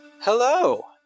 Hello